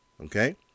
okay